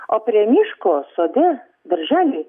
o prie miško sode daržely